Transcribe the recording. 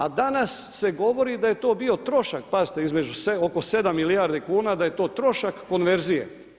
A danas se govori da je to bio trošak, pazite između, oko 7 milijardi kuna da je to trošak konverzije.